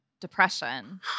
depression